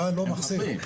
עם האופוזיציה.